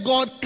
God